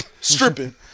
stripping